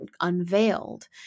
unveiled